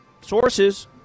sources